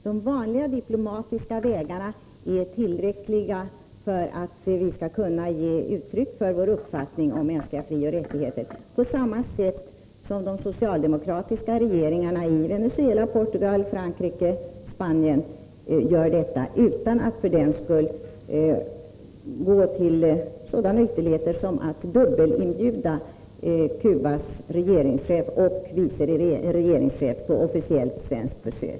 De vanliga diplomatiska vägarna är tillräckliga för att vi skall kunna ge uttryck för vår uppfattning när det gäller mänskliga frioch rättigheter på samma sätt som de socialdemokratiska regeringarna i Venezuela, Portugal, Frankrike och Spanien gör det utan att för den skull gå till sådana ytterligheter som att ”dubbelinbjuda” Cubas regeringschef och vice regeringschef till officiellt svenskt besök.